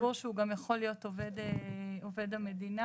נציג ציבור שהוא גם יכול להיות עובד המדינה